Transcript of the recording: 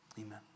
Amen